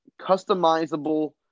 Customizable